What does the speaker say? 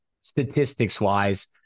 statistics-wise